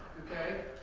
okay?